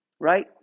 right